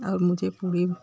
और मुझे पूड़ी